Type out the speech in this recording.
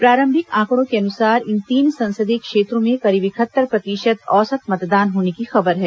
प्रारंभिक आंकड़ों के अनुसार इन तीन संसदीय क्षेत्रों में करीब इकहत्तर प्रतिशत औसत मतदान होने की खबर है